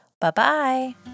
Bye-bye